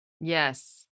Yes